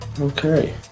Okay